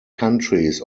countries